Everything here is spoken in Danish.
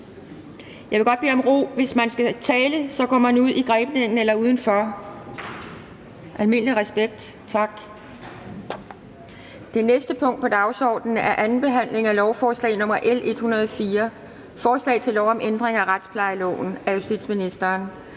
Jeg vil godt bede om ro. Hvis man skal tale sammen, går man ud i grebningen eller udenfor. Det er almindelig respekt, tak --- Det næste punkt på dagsordenen er: 12) 2. behandling af lovforslag nr. L 104: Forslag til lov om ændring af retsplejeloven. (Styrkelse